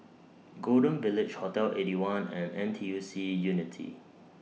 Golden Village Hotel Eighty One and N T U C Unity